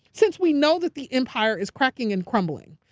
since we know that the empire is cracking and crumbling.